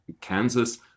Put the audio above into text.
Kansas